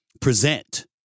present